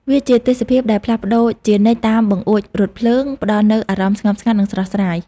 វាជាទេសភាពដែលផ្លាស់ប្តូរជានិច្ចតាមបង្អួចរថភ្លើង ផ្ដល់នូវអារម្មណ៍ស្ងប់ស្ងាត់ និងស្រស់ស្រាយ។